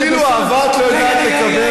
אפילו אהבה את לא יודעת לקבל,